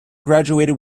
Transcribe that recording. graduated